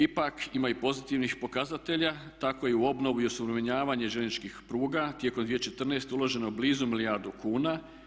Ipak ima i pozitivnih pokazatelja, tako i u obnovi i osuvremenjavanje željezničkih pruga tijekom 2014. je uloženo blizu milijardu kuna.